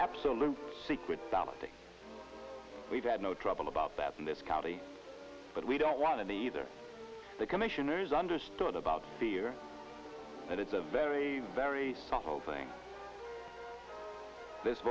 absolute secret we've had no trouble about that in this county but we don't want it either the commissioners understood about fear that it's a very very subtle thing this